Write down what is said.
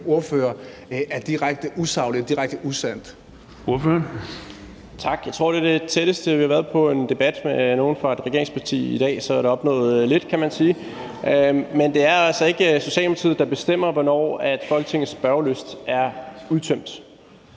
side, er direkte usaglig og direkte usand.